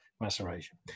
maceration